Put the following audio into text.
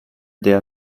der